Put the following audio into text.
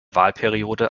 wahlperiode